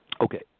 Okay